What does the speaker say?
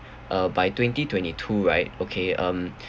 uh by twenty twenty two right okay um